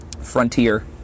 Frontier